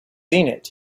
have